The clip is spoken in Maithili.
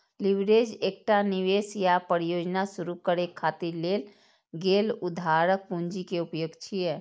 लीवरेज एकटा निवेश या परियोजना शुरू करै खातिर लेल गेल उधारक पूंजी के उपयोग छियै